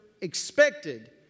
expected